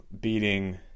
beating